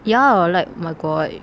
ya like oh my god